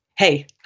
hey